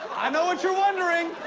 i know what you're wondering,